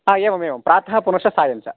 हा एवम् एवं प्रातः पुनश्च सायञ्च